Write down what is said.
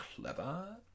clever